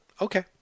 Okay